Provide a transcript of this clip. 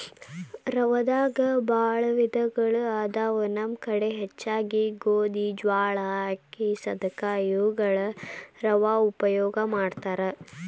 ರವಾದಾಗ ಬಾಳ ವಿಧಗಳು ಅದಾವ ನಮ್ಮ ಕಡೆ ಹೆಚ್ಚಾಗಿ ಗೋಧಿ, ಜ್ವಾಳಾ, ಅಕ್ಕಿ, ಸದಕಾ ಇವುಗಳ ರವಾ ಉಪಯೋಗ ಮಾಡತಾರ